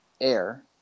air